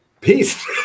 peace